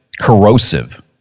corrosive